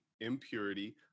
impurity